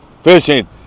fishing